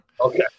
Okay